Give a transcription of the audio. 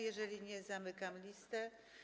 Jeżeli nie, zamykam listę.